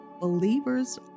believers